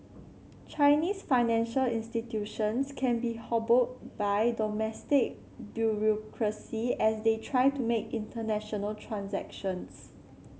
Chinese financial institutions can be hobbled by domestic bureaucracy as they try to make international transactions